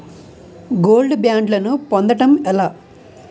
Gold బ్యాండ్లను పొందటం ఎలా?